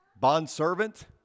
bondservant